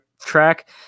track